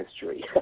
history